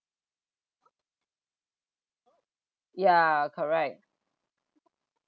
ya correct